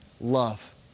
Love